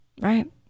Right